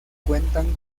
cuentan